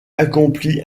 accompli